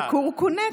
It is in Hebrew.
בקורקונט?